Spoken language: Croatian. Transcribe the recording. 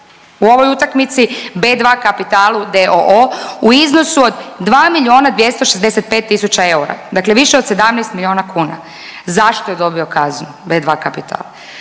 u ovoj utakmici, B2 Kapitalu d.o.o. u iznosu od 2 265 000 eura, dakle više od 17 milijuna kuna. Zašto je dobio kaznu B2 Kapital?